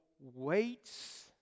waits